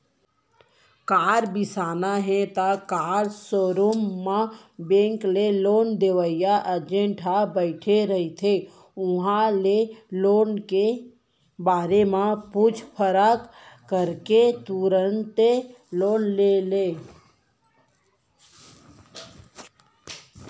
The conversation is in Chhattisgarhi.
कार बिसाना हे त कार सोरूम म बेंक ले लोन देवइया एजेंट ह बइठे रहिथे उहां ले लोन के बारे म पूछ परख करके तुरते लोन ले ले